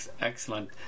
Excellent